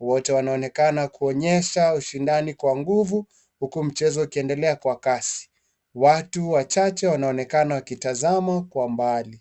wote wanaonekana kuonyesha ushindani kwa nguvu, huku mchezo ukiendelea kwa kasi. Watu wachache wanaonekana wakitazama kwa mbali.